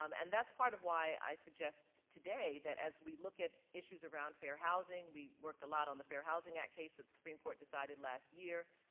um and that's part of why i suggest today that as we look at issues around fair housing, we worked a lot on the fair housing act case that the supreme court decided last year.